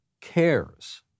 cares